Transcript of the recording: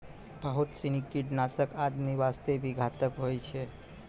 बहुत सीनी कीटनाशक आदमी वास्तॅ भी घातक होय छै